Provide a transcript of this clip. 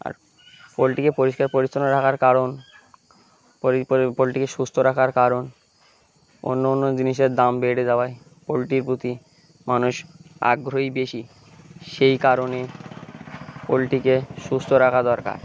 আর পোলট্রিকে পরিষ্কার পরিচ্ছন্ন রাখার কারণ পোলট্রিকে সুস্থ রাখার কারণ অন্য অন্য জিনিসের দাম বেড়ে যাওয়ায় পোলট্রির প্রতি মানুষ আগ্রহী বেশি সেই কারণে পোলট্রিকে সুস্থ রাখা দরকার